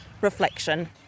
reflection